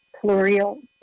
plural